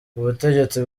ubutegetsi